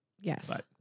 Yes